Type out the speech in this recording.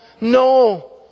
no